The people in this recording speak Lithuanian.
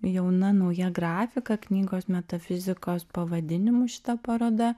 jauna nauja grafika knygos metafizikos pavadinimu šita paroda